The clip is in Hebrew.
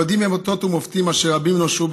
יודעים הם אותות ומופתים אשר רבים נושעו